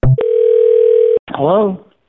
Hello